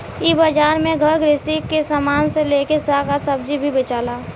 इ बाजार में घर गृहस्थी के सामान से लेके साग आ सब्जी भी बेचाला